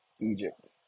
Egypt